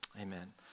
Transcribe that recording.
Amen